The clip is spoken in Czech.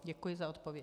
Děkuji za odpověď.